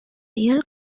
real